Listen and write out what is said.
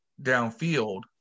downfield